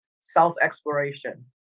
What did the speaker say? self-exploration